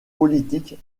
politique